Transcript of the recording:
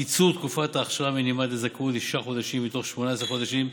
קיצור תקופת האכשרה המינימלית לזכאות לשישה חודשים מתוך 18 חודשים,